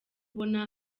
ubona